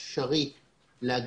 אפשרות לראות שזה נשלח.